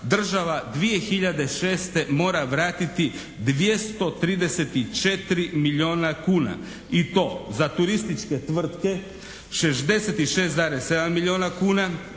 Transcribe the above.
Država 2006. mora vratiti 234 milijuna kuna i to: za turističke tvrtke 66,7 milijuna kuna,